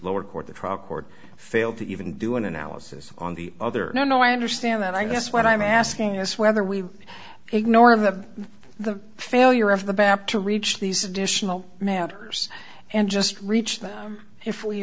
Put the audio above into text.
lower court the trial court failed to even do an analysis on the other no no i understand that i guess what i'm asking is whether we ignore the the failure of the back to reach these additional matters and just reach that if we